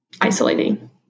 isolating